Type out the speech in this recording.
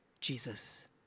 Jesus